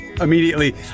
immediately